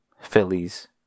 Phillies